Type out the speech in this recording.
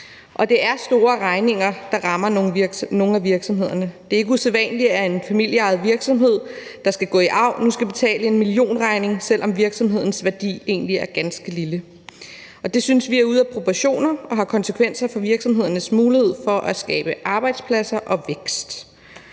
og det er store regninger, der rammer nogle af virksomhederne. Det er ikke usædvanligt, at en familieejet virksomhed, der skal gå i arv, nu skal betale en millionregning, selv om virksomhedens værdi egentlig er ganske lille, og det synes vi er ude af proportioner og har konsekvenser for virksomhedernes mulighed for at skabe arbejdspladser og vækst.